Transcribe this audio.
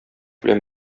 белән